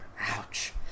Ouch